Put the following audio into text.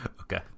Okay